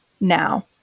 now